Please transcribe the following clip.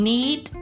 Need